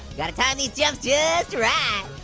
gotta time these jumps just right.